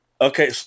Okay